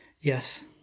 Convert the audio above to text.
Yes